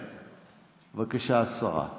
תושיבו אותה, בבקשה, סדרנים.